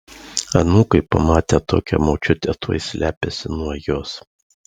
anūkai pamatę tokią močiutę tuoj slepiasi nuo jos